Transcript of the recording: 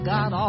God